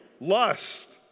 Lust